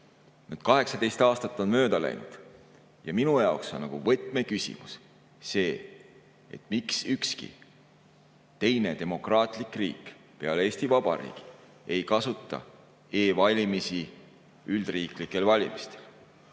18 aastat mööda läinud. Ja minu jaoks on võtmeküsimus see, miks ükski teine demokraatlik riik peale Eesti Vabariigi ei kasuta e-valimisi üleriigilistel valimistel.